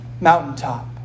mountaintop